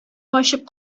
ачып